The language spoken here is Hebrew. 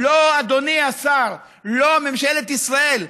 לא, אדוני השר, לא, ממשלת ישראל.